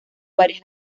varias